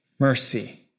Mercy